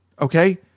Okay